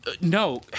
no